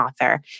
author